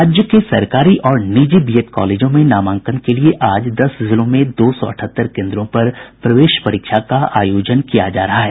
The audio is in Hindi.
राज्य के सरकारी और निजी बीएड कॉलेजों में नामांकन के लिए आज दस जिलों में दो सौ अठहत्तर केन्द्रों पर प्रवेश परीक्षा का आयोजन किया जा रहा है